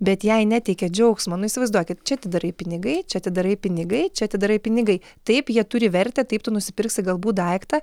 bet jai neteikė džiaugsmo nu įsivaizduokit čia atidarai pinigai čia atidarai pinigai čia atidarai pinigai taip jie turi vertę taip tu nusipirksi galbūt daiktą